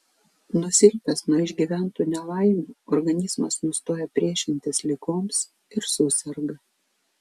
nusilpęs nuo išgyventų nelaimių organizmas nustoja priešintis ligoms ir suserga